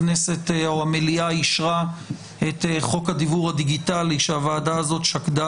הכנסת או המליאה אישרה את חוק הדיוור הדיגיטלי שהוועדה הזאת שקדה